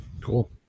Cool